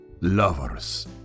lovers